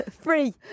Free